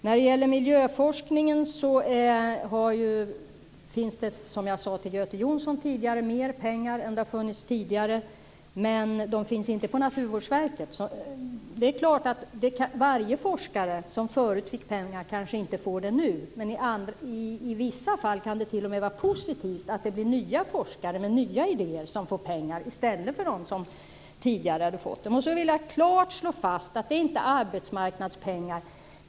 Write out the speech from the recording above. När det gäller miljöforskningen finns det, som jag sade till Göte Jonsson tidigare, mer pengar än det har funnits tidigare, dock inte på Naturvårdsverket. Varje forskare som förut fick pengar kanske inte får det nu, men i vissa fall kan det t.o.m. vara positivt att det blir nya forskare med nya idéer som får pengar i stället för de forskare som tidigare fått. Sedan vill jag klart slå fast att det inte är arbetsmarknadspengar.